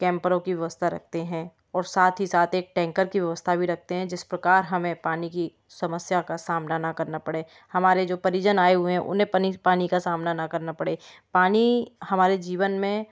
कैम्परों की व्यवस्था रखते है और साथ ही साथ एक टैंकर की व्यवस्था भी रखते हैं जिस प्रकार हमें पानी की समस्या का सामना न करना पड़े हमारे जो परिजन आए हुए हैं उन्हें पनि पानी का सामना न करना पड़े पानी हमारे जीवन में